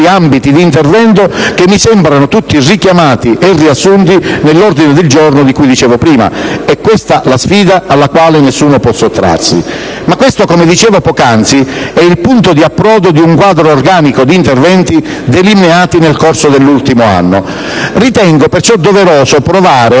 ambiti di intervento, che mi sembrano tutti richiamati e riassunti nell'ordine del giorno di cui dicevo prima. È questa la sfida alla quale nessuno può sottrarsi. Ma questo, come dicevo pocanzi, è il punto di approdo di un quadro organico di interventi delineati nel corso dell'ultimo anno. Ritengo perciò doveroso provare